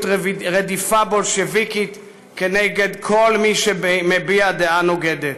רדיפה בולשביקית נגד כל מי שמביע דעה נוגדת.